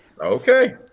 Okay